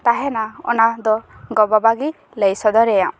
ᱛᱟᱦᱮᱱᱟ ᱚᱱᱟ ᱫᱚ ᱜᱚᱼᱵᱟᱵᱟ ᱜᱮ ᱞᱟᱹᱭ ᱥᱚᱫᱚᱨᱟᱭᱟ